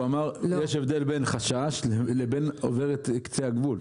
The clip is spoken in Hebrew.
הוא אמר: יש הבדל בין חשש לבין עובר את קצה הגבול.